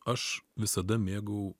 aš visada mėgau